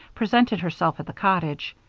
presented herself at the cottage.